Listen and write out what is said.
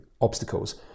obstacles